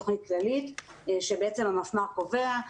שבעצם המפמ"ר קובע,